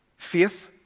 Faith